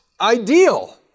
ideal